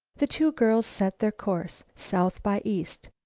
the two girls set their course south by east,